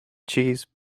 cheese